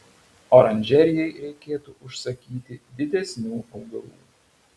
oranžerijai reikėtų užsakyti didesnių augalų